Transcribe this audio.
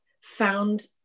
found